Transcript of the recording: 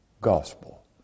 gospel